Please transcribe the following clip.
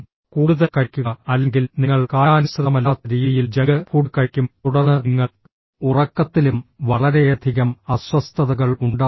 കൂടുതൽ കഴിക്കുക അല്ലെങ്കിൽ നിങ്ങൾ കാലാനുസൃതമല്ലാത്ത രീതിയിൽ ജങ്ക് ഫുഡ് കഴിക്കും തുടർന്ന് നിങ്ങൾ ഉറക്കത്തിലും വളരെയധികം അസ്വസ്ഥതകൾ ഉണ്ടാകുന്നു